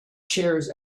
chairs